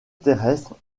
terrestre